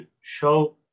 show